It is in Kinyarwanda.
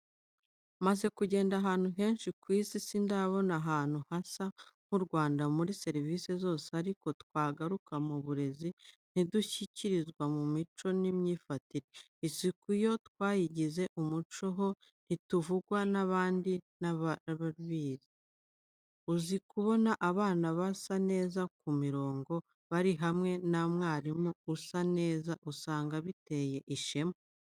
Maze kugenda ahantu henshi ku isi sindabona ahantu hasa n'u Rwanda muri serivice zose ariko twagaruka mu burezi ntidushyikirwa mu mico n'imyifatire, isuku yo twayigize umuco ho ntituvugwa n'abandi barabizi. Uzi kubona abana basa neza ku mirongo bari hamwe na mwarimu usa neza, usanga biteye ishema.